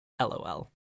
LOL